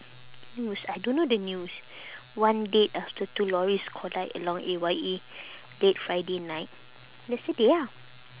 news I don't know the news one dead after two lorries collide along A_Y_E late friday night yesterday ah